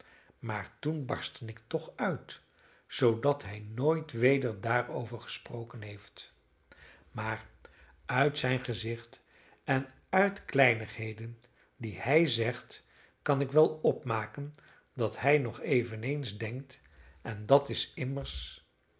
maar toen barstte ik toch uit zoodat hij nooit weder daarover gesproken heeft maar uit zijn gezicht en uit kleinigheden die hij zegt kan ik wel opmaken dat hij nog eveneens denkt en dat is immers